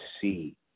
see